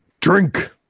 Drink